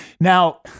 Now